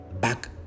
back